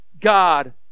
God